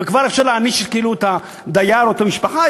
וכבר אפשר להעניש את הדייר או את המשפחה.